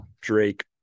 Drake